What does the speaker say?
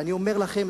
ואני אומר לכם,